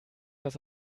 das